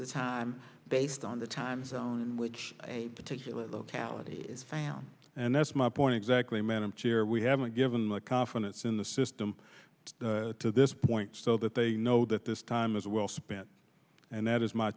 the time based on the time zone in which a particular locality is found and that's my point exactly madam chair we haven't given much confidence in the system to this point so that they know that this time as well spent and that is my